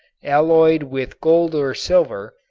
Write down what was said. alloyed with gold or silver,